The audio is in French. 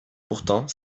pourtant